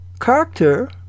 Character